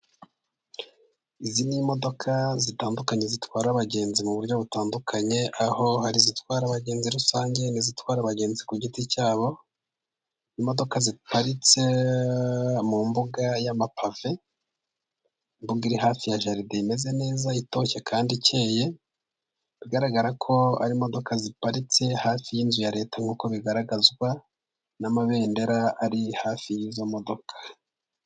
Izi ni imodoka zitandukanye zitwara abagenzi mu buryo butandukanye aho hari izitwara abagenzi rusange n'izitwara abagenzi ku giti cyabo. Imodoka ziparitse mu mbuga y'amapave, imbuga iri hafi ya jaride imeze neza itoshye kandi ikeye igaragara ko ari imodoka ziparitse hafi y'inzu ya Leta bigaragazwa n'amabendera ari hafi y'izo modoka.